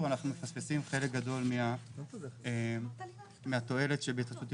ומפספסים חלק גדול מהתועלת בהתפתחות עירונית.